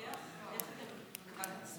אדוני השר, אתה יכול להרחיב על המפתח?